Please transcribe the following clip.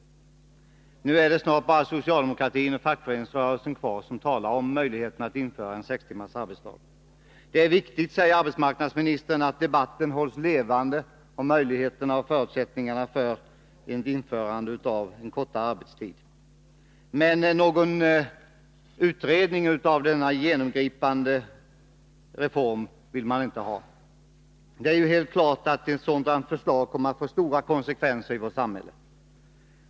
Nu är det snart bara socialdemokratin och fackföreningsrörelsen kvar som talar om möjligheterna att införa en sex timmars arbetsdag. Det är viktigt, säger arbetsmarknadsministern, att debatten hålls levande om möjligheterna till och förutsättningarna för ett införande av kortare arbetstid. Men någon utredning om denna genomgripande reform vill man inte ha. Det är helt klart att ett sådant förslag kommer att få stora konsekvenser i vårt samhälle.